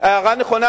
הערה נכונה.